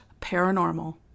paranormal